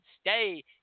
stay